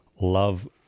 love